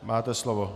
Máte slovo.